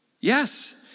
Yes